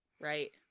right